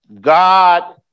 God